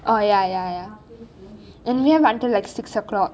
oh ya ya ya and we have until like six o'clock